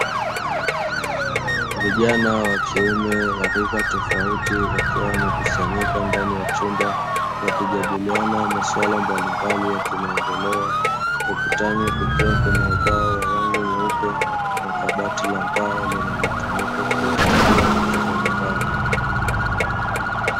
Vijana wa kiume wa rika tofauti wakiwa wamekusanyika ndani ya chumba, wakijadiliana maswala mbalimbali ya kimaendeleo. Ukutani kukiwa kuna ubao wa rangi nyeupe, na kabati la mbao linalotumika kuhifadhia vitu mbalimbali.